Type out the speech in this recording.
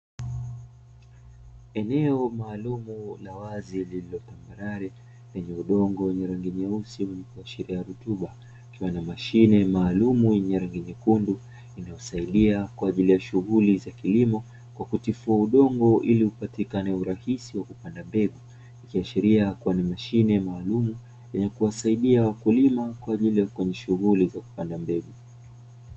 Eneo maalumu la wazi, lililo tambarare lenye udongo wenye rangi nyeusi, wenye kuashiria rutuba, ikiwa na mashine maalumu yenye rangi nyekundu, inayosaidia kwa ajili ya shughuli za kilimo, kwa kutifua udogo ili upatikane urahisi wa kupanda mbegu, ikiashiria kuwa ni mashine maalum, yenye kuwasaidia wakulima kwa ajili ya kwenye shughuli za kupanda mbegu.